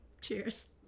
Cheers